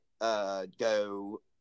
go –